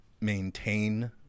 maintain